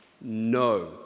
No